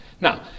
Now